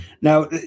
Now